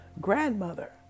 grandmother